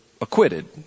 acquitted